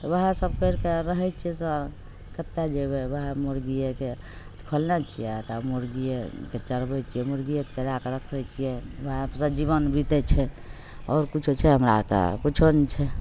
इएह सब करिके रहैत छियै सर कतहुँ जेबै ओएह मुर्गिएके खोलने छियै तऽ मुर्गिएके चरबै छियै मुर्गिएके चराके रखैत छियै ओएह पर जीबन बीतैत छै आओर किछु छै हमरा आरके किछु नहि छै